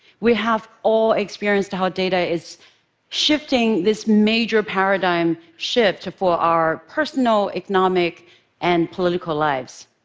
we have all experienced how data is shifting this major paradigm shift for our personal, economic and political lives.